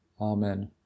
Amen